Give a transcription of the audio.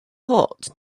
hot